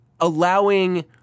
allowing –